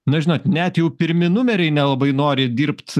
na žinot net jau pirmi numeriai nelabai nori dirbt